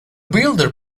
builder